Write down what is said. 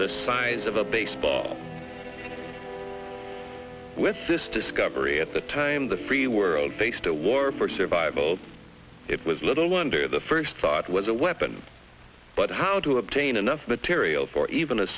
the size of a baseball with this discovery at the time the free world faced a war for survival it was little wonder the first thought was a weapon but how to obtain enough material for even a